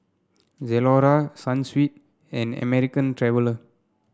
Zalora Sunsweet and American Traveller